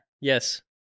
Yes